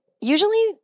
usually